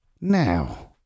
Now